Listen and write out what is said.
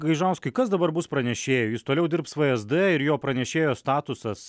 gaižauskai kas dabar bus pranešėjui jis toliau dirbs vsd ir jo pranešėjo statusas